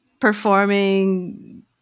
performing